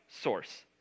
source